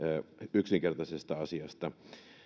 yksinkertaisesta asiasta